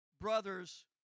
brother's